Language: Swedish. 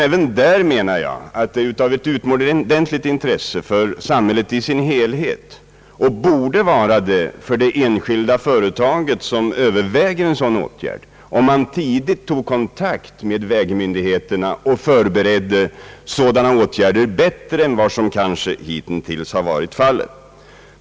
Även där, menar jag, är det av utomordentligt intresse för samhället i dess helhet, och borde vara det för det enskilda företag som överväger en sådan åtgärd, att företaget tidigt tar kontakt med vägmyndigheterna och förbereder sådana åtgärder bättre än vad som hittills kanske har varit fallet.